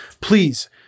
please